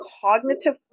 cognitive